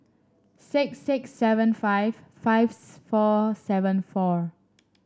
six six seven five five four seven four